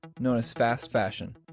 known as fast fashion,